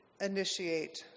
initiate